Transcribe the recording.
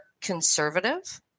conservative